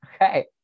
Okay